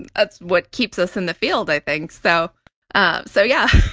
that's what keeps us in the field, i think. so, ah so yeah.